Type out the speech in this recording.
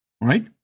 Right